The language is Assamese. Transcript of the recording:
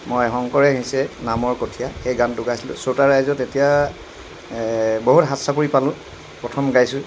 মই শংকৰে সিঁচে নামৰ কঠীয়া সেই গানটো গাইছিলোঁ শ্ৰুতা ৰাইজেও তেতিয়া বহুত হাতচাপৰি পালোঁ প্ৰথম গাইছোঁ